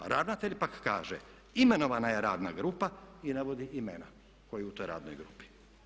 A ravnatelj pak kaže imenovana je radna grupa i navodi imena koja su u toj radnoj grupi.